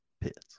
Pits